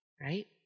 right